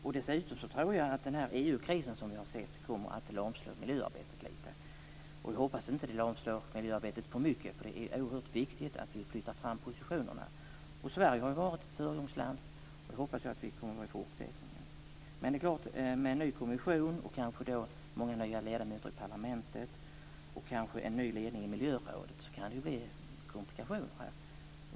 Dessutom tror jag att den EU-kris som vi sett kommer att lamslå miljöarbetet lite. Jag hoppas att den inte lamslår miljöarbetet för mycket, för det är oerhört viktigt att vi flyttar fram positionerna. Sverige har varit ett föregångsland, och jag hoppas att vi kommer att fortsätta att vara det. Men en ny kommission, kanske många nya ledamöter i parlamentet och en ny ledning i Miljörådet kan det bli komplikationer.